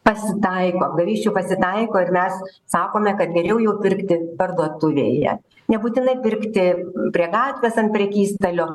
pasitaiko apgavysčių pasitaiko ir mes sakome kad geriau jau pirkti parduotuvėje nebūtinai pirkti prie gatvės ant prekystalio